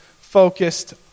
focused